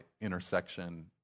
intersection